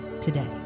today